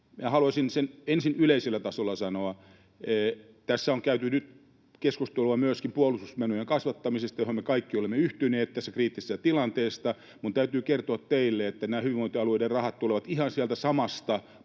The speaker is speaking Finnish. Haluaisin tästä ensin yleisellä tasolla sanoa: Tässä on käyty nyt keskustelua myöskin puolustusmenojen kasvattamisesta, johon me kaikki olemme yhtyneet tässä kriittisessä tilanteessa. Minun täytyy kertoa teille, että nämä hyvinvointialueiden rahat tulevat ihan sieltä samasta